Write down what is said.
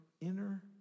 inner